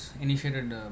initiated